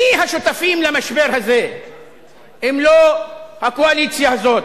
מי השותפים למשבר הזה אם לא הקואליציה הזאת,